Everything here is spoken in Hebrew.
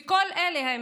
וכל אלה,